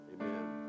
Amen